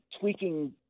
tweaking